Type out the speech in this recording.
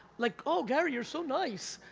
like, oh, gary, you're so nice.